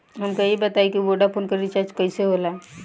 हमका ई बताई कि वोडाफोन के रिचार्ज कईसे होला?